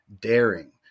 daring